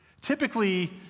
Typically